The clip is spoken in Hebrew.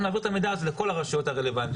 אנחנו נעביר את המידע הזה לכל הרשויות הרלוונטיות,